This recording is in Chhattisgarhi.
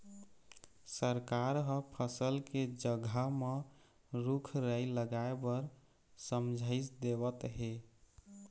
सरकार ह फसल के जघा म रूख राई लगाए बर समझाइस देवत हे